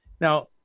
Now